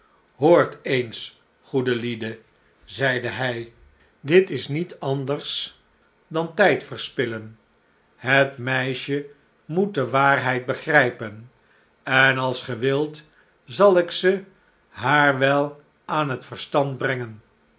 hoort eens goede lieden zeide hij dit is niet anders dan tijdverspillen het meisje moet de waarheid begrijpen en als ge wilt zal ik ze haar wel aan het verstand brengen